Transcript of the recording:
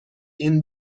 این